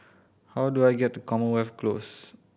how do I get to Commonwealth Close